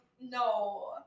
no